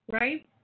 right